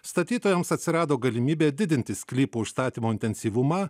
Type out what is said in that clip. statytojams atsirado galimybė didinti sklypo užstatymo intensyvumą